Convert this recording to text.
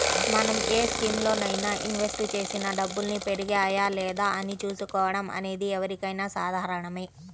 మనం ఏ స్కీములోనైనా ఇన్వెస్ట్ చేసిన డబ్బుల్ని పెరిగాయా లేదా అని చూసుకోవడం అనేది ఎవరికైనా సాధారణమే